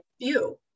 view